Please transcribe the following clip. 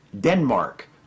Denmark